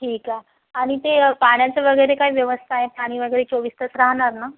ठीक आहे आणि ते पाण्याचं वगैरे काय व्यवस्था आहे पाणी वगैरे चोवीस तास राहणार नं